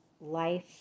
life